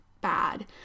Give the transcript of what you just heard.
bad